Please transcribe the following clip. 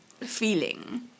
feeling